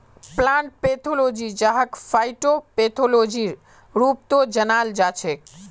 plant pathology जहाक फाइटोपैथोलॉजीर रूपतो जानाल जाछेक